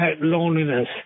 loneliness